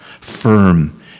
firm